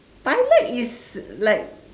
pilot is like